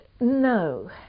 No